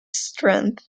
strength